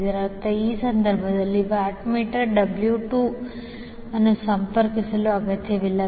ಇದರರ್ಥ ಈ ಸಂದರ್ಭದಲ್ಲಿ ವ್ಯಾಟ್ ಮೀಟರ್ W 2 ಅನ್ನು ಸಂಪರ್ಕಿಸಲು ಅಗತ್ಯವಿಲ್ಲ